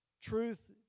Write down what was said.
truth